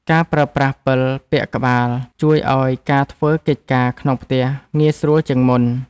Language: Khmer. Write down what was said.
ការប្រើប្រាស់ពិលពាក់ក្បាល ជួយឱ្យការធ្វើកិច្ចការក្នុងផ្ទះងាយស្រួលជាងមុន។